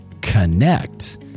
connect